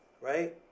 right